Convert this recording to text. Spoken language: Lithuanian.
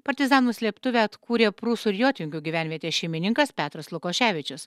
partizanų slėptuvę atkūrė prūsų ir jotvingių gyvenvietės šeimininkas petras lukoševičius